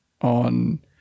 on